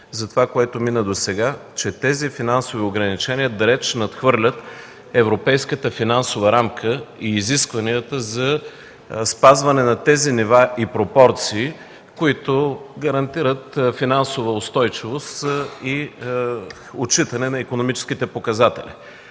за това, което мина досега – че тези финансови ограничения далеч надхвърлят Европейската финансова рамка и изискванията за спазване на тези нива и пропорции, които гарантират финансова устойчивост и отчитане на икономическите показатели.